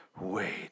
wait